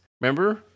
Remember